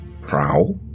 prowl